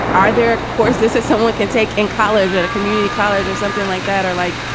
are there courses that someone can take in college, at a community college or something like that? or like,